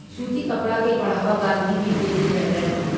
सूती कपड़ा के बढ़ावा गाँधी भी देले रहलन